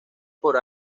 por